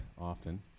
often